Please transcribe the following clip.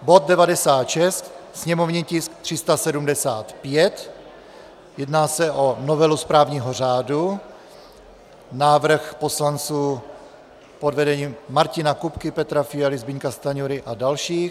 Bod 96, sněmovní tisk 375, jedná se o novelu správního řádu, návrh poslanců pod vedením Martina Kupky, Petra Fialy, Zbyňka Stanjury a dalších.